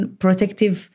protective